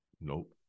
Nope